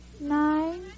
nine